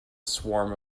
swarm